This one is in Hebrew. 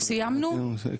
סיימנו?